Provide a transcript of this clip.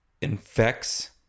infects